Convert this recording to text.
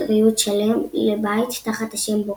ריהוט שלם לבית תחת השם "בוקלוק".